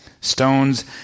stones